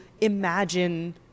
imagine